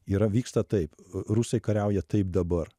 yra vyksta taip rusai kariauja taip dabar